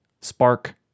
spark